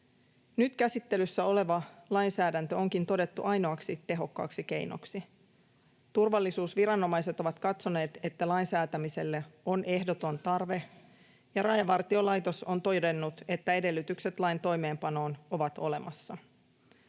Nyt käsittelyssä oleva lainsäädäntö onkin todettu ainoaksi tehokkaaksi keinoksi. Turvallisuusviranomaiset ovat katsoneet, että lain säätämiselle on ehdoton tarve, ja Rajavartiolaitos on todennut, että edellytykset lain toimeenpanoon ovat olemassa.